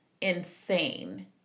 insane